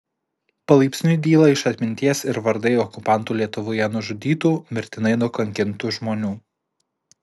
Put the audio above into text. palaipsniui dyla iš atminties ir vardai okupantų lietuvoje nužudytų mirtinai nukankintų žmonių